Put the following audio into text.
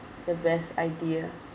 the best idea